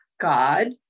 God